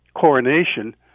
coronation